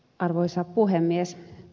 arvoisa puhemies